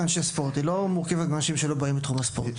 היא לא מורכבת מאנשים שלא באים מתחום הספורט.